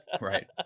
Right